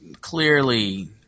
clearly